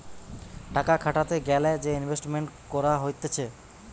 টাকা খাটাতে গ্যালে যে ইনভেস্টমেন্ট করা হতিছে